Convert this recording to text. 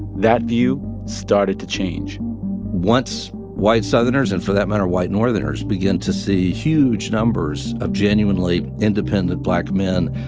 that view started to change once white southerners and for that matter, white northerners begin to see huge numbers of genuinely independent black men,